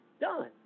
done